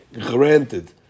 Granted